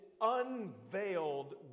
unveiled